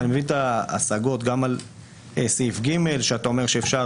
אתה מביא את ההשגות גם על סעיף (ג) ואתה אומר שאפשר